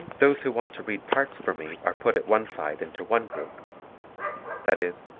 those who want to read parts for me are put at one side into one group that is,